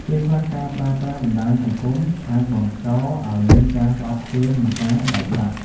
ពេលខ្លះ ការប្រើប្រាស់បណ្ដាញសង្គមអាចបង្កឱ្យមានការស្អប់ខ្ពើមនិងការបែកបាក់។